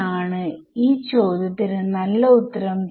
കാരണം അതാണ് നമ്മൾ ഉപയോഗിച്ചത്